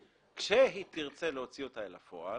כאשר היא תרצה להוציא אותה אל הפועל,